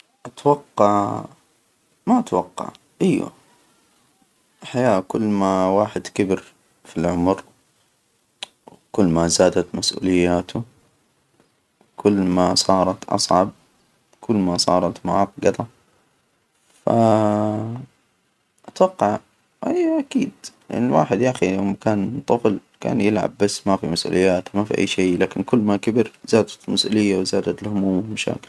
أتوقع ما أتوقع. أيوه، الحياة، كل ما واحد كبر في العمر، كل ما زادت مسؤولياته، كل ما صارت أصعب، كل ما صارت معجدة. ف أتوقع إي أكيد، يعني الواحد يا أخي يوم كان طفل كان يلعب، بس ما في مسؤوليات، ما في أي شي، لكن كل ما كبر زادت المسؤولية وزادت الهموم والمشاكل.